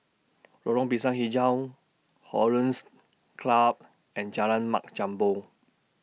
Lorong Pisang Hijau Hollandse Club and Jalan Mat Jambol